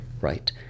right